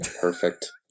Perfect